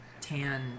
tan